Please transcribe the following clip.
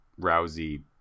rousey